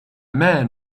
man